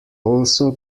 also